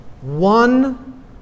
one